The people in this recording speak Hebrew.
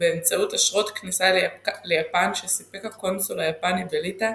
ובאמצעות אשרות כניסה ליפן שסיפק הקונסול היפני בליטא,